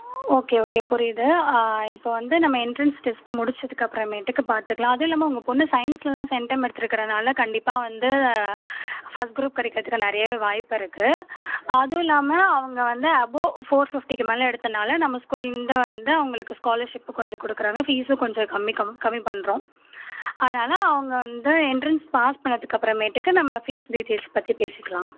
okay okay புரியுது இப்போ வந்து நம்ம என்ட்ரன்ஸ் டெஸ்ட்டு முடிச்சதுக்கப்புறமேட்டுக்கு பார்த்துக்லாம் அதுவும் இல்லாமல் உங்கள் பொண்ணு சயின்ஸ்லலாம் சென்டம் எடுத்திருக்றனால கண்டிப்பாக வந்து ஃபஸ்ட் குரூப் கிடக்கறதுக்கு நிறையவே வாய்ப்பு இருக்குது அதுவும் இல்லாமல் அவங்க வந்து அபோவ் ஃபோர் ஃபிஃப்ட்டிக்கு மேலே எடுத்ததனால நம்ம ஸ்கூல்லருந்து வந்து அவங்களுக்கு ஸ்காலர்ஷிப் கொஞ்சம் கொடுக்குறாங்க ஃபீசும் கொஞ்சம் கம்மி கம்மி பண்ணுறோம் அதனால் அவங்க வந்து என்ட்ரன்ஸ் பாஸ் பண்ணதுக்கப்புறமேட்டுக்கு நம்ம ஃபீஸ் டீடெயில்ஸ் பற்றி பேசிக்கலாம்